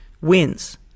wins